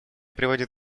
приводит